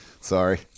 Sorry